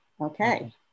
Okay